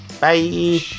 Bye